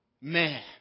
Man